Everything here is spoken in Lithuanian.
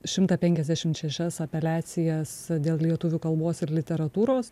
šimtą penkiasdešimt šešias apeliacijas dėl lietuvių kalbos ir literatūros